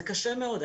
זה קשה מאוד.